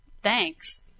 Thanks